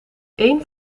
een